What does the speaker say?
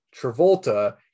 Travolta